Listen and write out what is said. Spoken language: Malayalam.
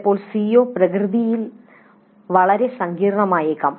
ചിലപ്പോൾ സിഒ പ്രകൃതിയിൽ വളരെ സങ്കീർണ്ണമായേക്കാം